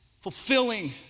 fulfilling